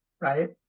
right